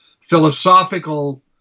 philosophical